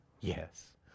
Yes